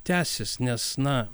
tęsis nes na